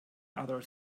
other